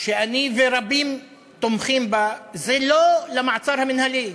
שאני ורבים תומכים בה, זה לא למעצר המינהלי,